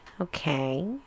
Okay